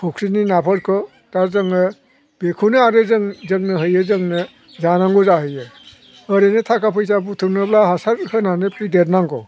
फख्रिनि नाफोरखौ दा जोङो बेखौनो आरो जोंनो होयो जोंनो जानांगौ जाहैयो ओरैनो थाखा फैसा बुथुमनोब्ला हासार होनानै फेदेरनांगौ